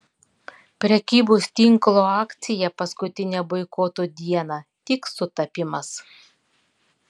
prekybos tinklo akcija paskutinę boikoto dieną tik sutapimas